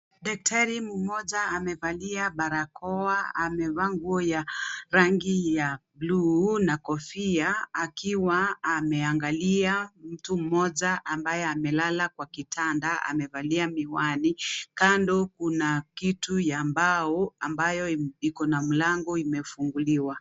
Daktari mmoja amevalia barakoa amevaa nguo ya rangi ya bluu na kofia akiwa ameangalia mtu mmoja ambaye amelala kwa kitanda amevalia miwani kando kuna kitu ya mbao ambayo iko na mlango umefunguliwa.